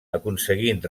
aconseguint